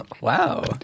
wow